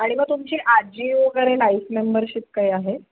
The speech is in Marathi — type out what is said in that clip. आणि मग तुमची आजीव वगैरे लाईफ मेंबरशिप काही आहे